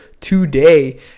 today